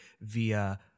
via